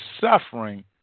suffering